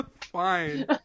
Fine